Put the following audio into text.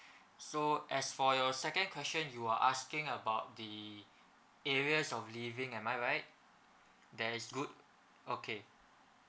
so as for your second question you asking about the areas of living am I right that's good okay